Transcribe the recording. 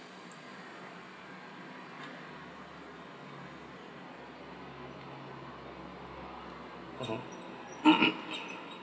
mmhmm